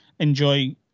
Enjoy